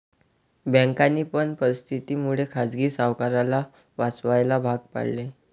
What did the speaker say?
बँकांनी पण परिस्थिती मुळे खाजगी सावकाराला वाचवायला भाग पाडले